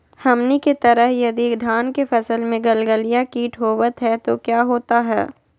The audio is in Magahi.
हमनी के तरह यदि धान के फसल में गलगलिया किट होबत है तो क्या होता ह?